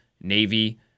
Navy